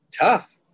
tough